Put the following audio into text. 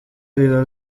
biba